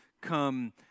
come